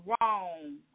wrong